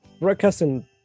Broadcasting